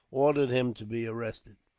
ordered him to be arrested.